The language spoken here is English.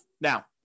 Now